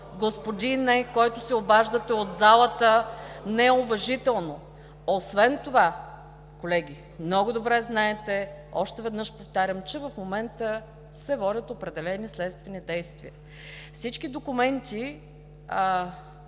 господине, който се обаждате от залата неуважително. Освен това колеги, много добре знаете, още веднъж повтарям, че в момента се водят определени следствени действия. Всички документи,